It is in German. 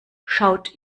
schaut